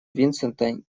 винсента